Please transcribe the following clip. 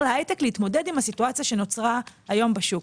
להייטק להתמודד עם הסיטואציה שנוצרה היום בשוק.